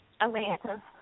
Atlanta